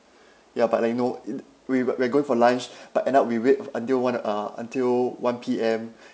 ya but like you know in we we're going for lunch but end up we wait until one uh until one P_M